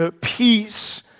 peace